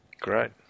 Great